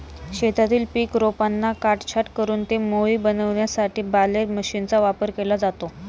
शेतातील पीक रोपांना काटछाट करून ते मोळी बनविण्यासाठी बालेर मशीनचा वापर केला जातो